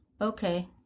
Okay